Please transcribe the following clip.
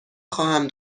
خواهم